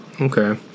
okay